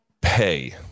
pay